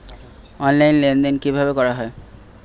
Online লেনদেন কিভাবে করা হয়?